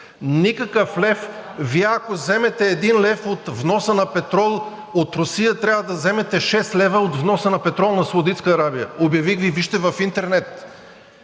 Никакъв лев! Вие, ако вземете 1 лв. от вноса на петрол от Русия, трябва да вземете 6 лв. от вноса на петрол на Саудитска Арабия. Обявих Ви, вижте в интернет.